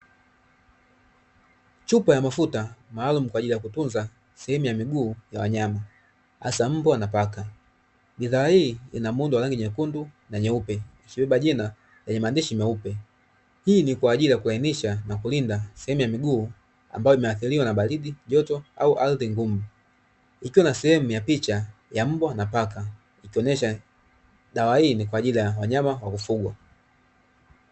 Chupa ya mafuta maalumu kwa ajili ya kutunza sehemu ya miguu ya wanyama hasa mbwa na paka. Bidhaa hii ina muundo wa rangi nyekundu, na nyeupe ikibeba jina lenye maandishi meupe. Hii ni kwa ajili ya kulainisha na kulinda sehemu ya miguu ambayo imeathiriwa na baridi, joto au ardhi ngumu ikiwa na sehemu ya picha ya mbwa na paka ikionesha dawa hii ni kwa ajili ya wanyama wakufugwa.